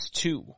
two